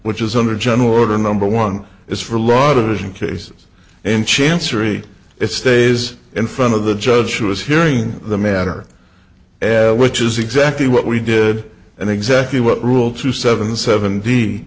which is under general order number one is for a lot of asian cases in chancery it stays in front of the judge who is hearing the matter which is exactly what we did and exactly what rule two seven sevent